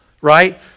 right